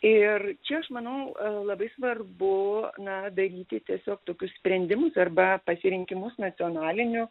ir čia aš manau labai svarbu na daryti tiesiog tokius sprendimus arba pasirinkimus nacionaliniu